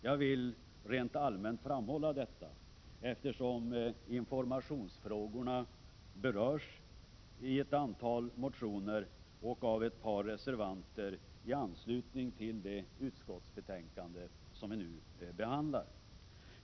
Jag vill, rent allmänt, framhålla detta, eftersom informationsfrågorna berörs i ett antal motioner och av ett par reservanter i anslutning till det utskottsbetänkande vi nu behandlar.